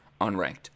unranked